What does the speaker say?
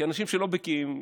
כי אנשים שלא בקיאים,